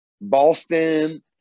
Boston